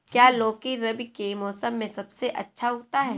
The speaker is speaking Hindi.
क्या लौकी रबी के मौसम में सबसे अच्छा उगता है?